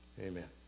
Amen